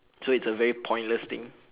so it's a very pointless thing